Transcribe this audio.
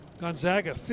Gonzaga